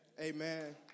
Amen